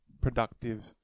productive